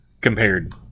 compared